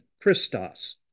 Christos